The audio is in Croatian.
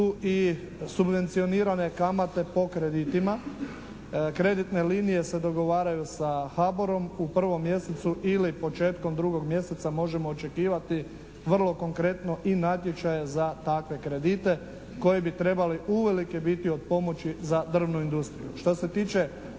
i subvencionirane kamate po kreditima. Kreditne linije se dogovaraju sa HABOR-om, u prvom mjesecu ili početkom drugog mjeseca možemo očekivati vrlo konkretno i natječaje za takve kredite koji bi trebali uvelike biti od pomoći za drvnu industriju. Što se tiče